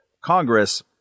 Congress